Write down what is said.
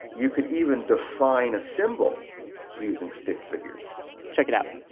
you could even define a symbol using stick figures check it out.